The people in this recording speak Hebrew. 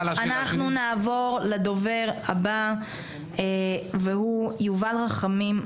אנחנו נעבור לדובר הבא והוא יובל רחמים,